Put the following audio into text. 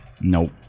nope